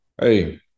hey